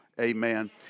amen